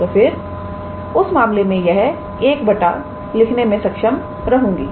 तो फिर उस मामले में मैं ऐसे 1 बटा लिखने में सक्षम रहूंगी